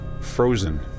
frozen